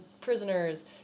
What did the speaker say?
prisoners